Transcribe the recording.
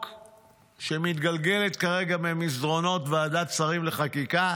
שמתגלגלת כרגע במסדרונות ועדת השרים לחקיקה,